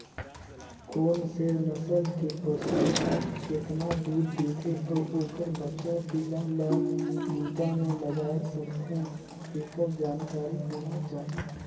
कोन से नसल के पसु हर केतना दूद देथे अउ ओखर बछवा पिला ल बूता में लगाय सकथें, तेखर जानकारी होना चाही